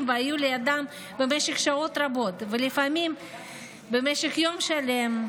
והיו לידם במשך שעות רבות ולפעמים במשך יום שלם,